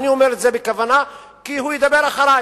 אני אומר את זה בכוונה, כי הוא ידבר אחרי,